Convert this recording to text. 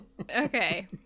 okay